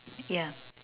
yeah